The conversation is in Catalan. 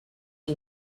que